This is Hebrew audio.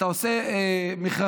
אתה עושה מכרזים,